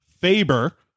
Faber